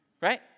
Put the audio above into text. Right